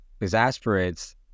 exasperates